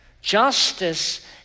Justice